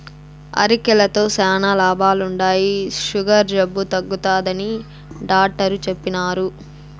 అరికెలతో శానా లాభాలుండాయి, సుగర్ జబ్బు తగ్గుతాదని డాట్టరు చెప్పిన్నారు